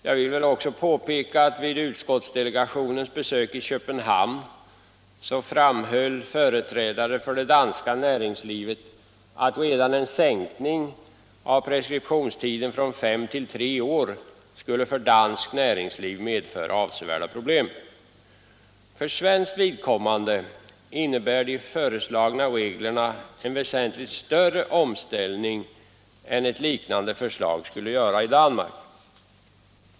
Jag vill också påpeka att vid utskottsdelegationens besök i Köpenhamn framhöll företrädare för det danska näringslivet att redan en sänkning av preskriptionstiden från fem till tre år för danskt näringsliv skulle medföra avsevärda problem. För svenskt vidkommande innebär de föreslagna reglerna en väsentligt större omställning än liknande förslag skulle göra i Danmark.